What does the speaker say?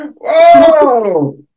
Whoa